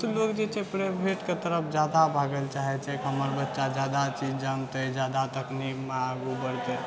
तऽ लोग जे छै प्राइवेटके तरफ जादा भागैला चाहै छै की हमर बच्चा जादा चीज जानतै जादा तकनीकमे आगु बढ़तै